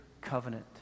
covenant